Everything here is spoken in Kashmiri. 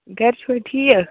گَرِ چھُوَے ٹھیٖک